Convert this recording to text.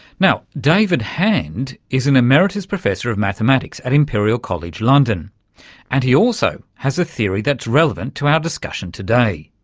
now, david hand is an emeritus professor of mathematics at imperial college london and he also has a theory that's relevant to our discussion today,